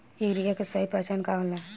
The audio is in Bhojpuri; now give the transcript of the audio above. यूरिया के सही पहचान का होला?